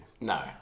No